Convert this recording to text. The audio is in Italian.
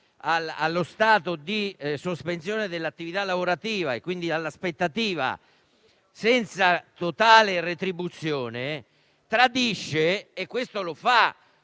allo stato di sospensione dell'attività lavorativa e, quindi, all'aspettativa senza totale retribuzione, tradisce, in modo